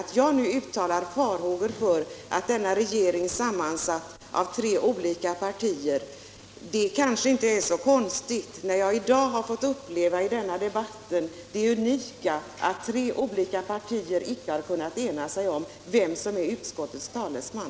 Att jag nu uttalar farhågor när det gäller denna regering, sammansatt av tre olika partier, är kanske inte så konstigt, när jag i dag i denna debatt har fått uppleva det unika att tre olika partier icke har kunnat ena sig om vem som är utskottets talesman.